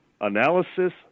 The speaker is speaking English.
analysis